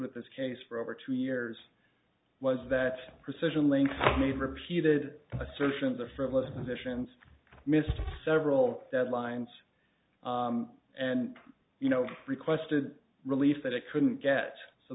with this case for over two years was that precision link made repeated assertions or frivolous additions missed several deadlines and you know requested relief that it couldn't get so